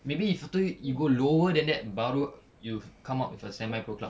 maybe if satu hari you go lower than that baru you come out with a semi-pro club